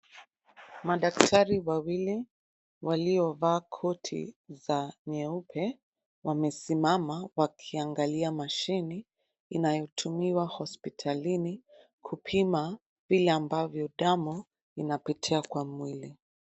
Madaktari wawili waliovaa koti za nyeupe, wamesimama wakiangalia mashini inayotumiwa hospitalini kupima vile ambavyo damu inapitia kwa mwili.